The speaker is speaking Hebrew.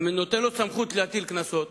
אתה נותן לו סמכות להטיל קנסות,